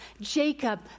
Jacob